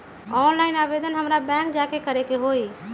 Online आवेदन हमरा bank जाके करे के होई?